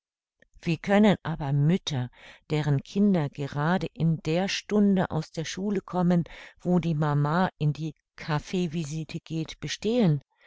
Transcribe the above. wie können aber mütter deren kinder gerade in der stunde aus der schule kommen wo die mama in die kaffeevisite geht bestehen